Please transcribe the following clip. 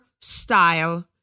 style